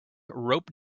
rope